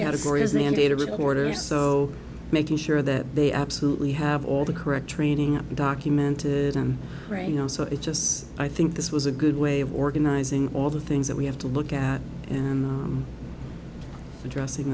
category as mandated reporters so making sure that they absolutely have all the correct training up documented i'm right you know so it just i think this was a good way of organizing all the things that we have to look at and addressing